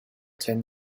ten